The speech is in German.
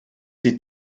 sie